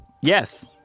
yes